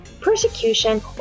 persecution